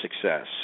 success